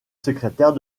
secrétaire